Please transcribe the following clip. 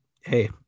hey